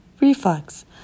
reflux